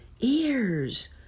ears